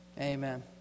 Amen